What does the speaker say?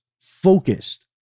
focused